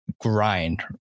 grind